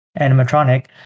animatronic